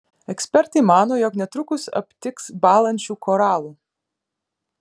ekspertai mano jog netrukus aptiks bąlančių koralų